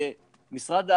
שמשרד האנרגיה,